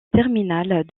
terminale